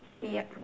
yup